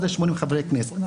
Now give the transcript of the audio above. אלה 80 חברי כנסת,